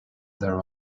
their